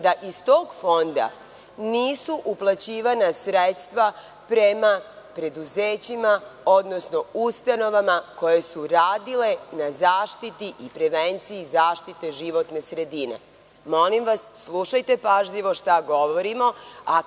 da iz tog fonda nisu uplaćivana sredstva preduzećima, odnosno ustanovama koje su radile na zaštiti i prevenciji zaštite životne sredine. Molim vas, slušajte pažljivo šta govorimo.